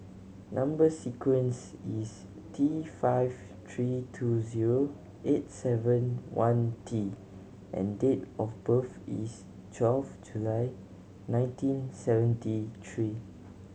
number sequence is T five three two zero eight seven one T and date of birth is twelve July nineteen seventy three